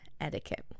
etiquette